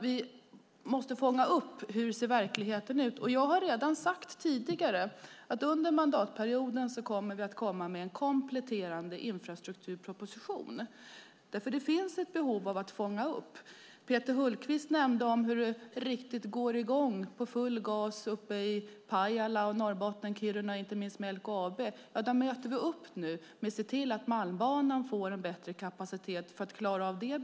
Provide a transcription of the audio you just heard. Vi måste fånga upp hur verkligheten ser ut. Jag har sagt redan tidigare att under mandatperioden kommer vi att komma med en kompletterande infrastrukturproposition. Det finns behov att fånga upp. Peter Hultqvist nämnde om hur det riktigt går i gång med full gas uppe i Pajala och Norrbotten, inte minst i Kiruna med LKAB. Det möter vi upp nu med att se till att Malmbanan får en bättre kapacitet för att klara av det.